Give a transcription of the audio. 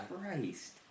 Christ